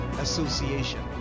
Association